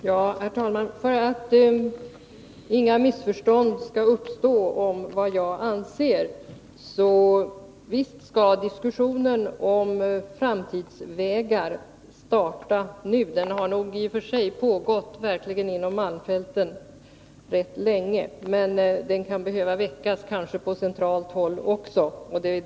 Herr talman! För att inga missförstånd skall uppstå om vad jag anser vill jag säga följande: Visst skall diskussionen om framtidsvägar starta nu. Den diskussionen har dock i och för sig pågått länge inom malmfälten, men det kan kanske behöva väckas på centralt håll också.